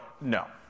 no